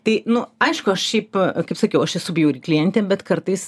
tai nu aišku aš šiaip kaip sakiau aš esu bjauri klientė bet kartais